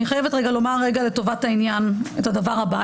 אני חייבת רגע לומר רגע לטובת העניין את הדבר הבא,